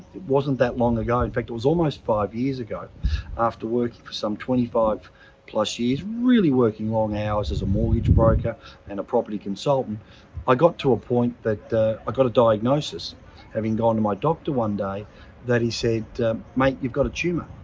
it wasn't that long ago. in fact, it was almost five years ago after working for some twenty five plus years really working long hours as a mortgage broker and a property consultant i got to a point that i got a diagnosis having gone to my doctor one day that he said mate you've got a tumor